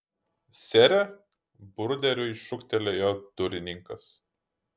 sere bruderiui šūktelėjo durininkas